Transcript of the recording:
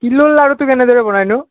তিলৰ লাড়ুটো কেনেদৰে বনাইনো